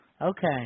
Okay